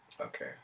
Okay